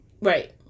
Right